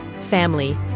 family